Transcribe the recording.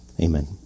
Amen